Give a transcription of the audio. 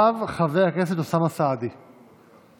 ואחריו, חבר הכנסת אוסאמה סעדי.